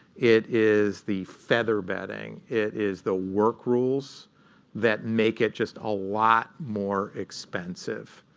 it is the featherbedding. it is the work rules that make it just a lot more expensive.